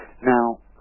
Now